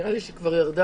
נראה לי שהיא כבר ירדה.